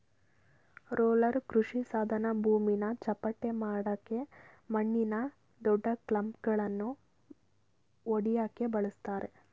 roller ಕೃಷಿಸಾಧನ ಭೂಮಿನ ಚಪ್ಪಟೆಮಾಡಕೆ ಮಣ್ಣಿನ ದೊಡ್ಡಕ್ಲಂಪ್ಗಳನ್ನ ಒಡ್ಯಕೆ ಬಳುಸ್ತರೆ